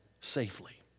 safely